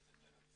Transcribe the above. אני לא הבנתי,